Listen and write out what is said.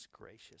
gracious